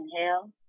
Inhale